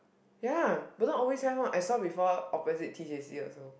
ya Bedok always have one I saw before opposite T C C also